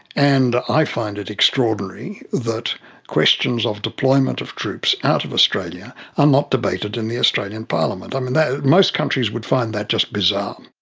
and i find it extraordinary that questions of deployment of troops out of australia are not debated in the australian parliament. um and most countries would find that just bizarre.